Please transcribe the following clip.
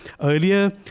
earlier